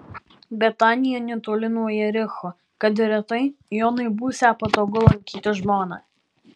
betanija netoli nuo jericho kad ir retai jonui būsią patogu lankyti žmoną